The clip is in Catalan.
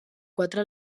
quatre